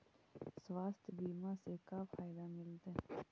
स्वास्थ्य बीमा से का फायदा मिलतै?